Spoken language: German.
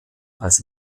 als